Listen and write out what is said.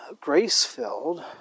grace-filled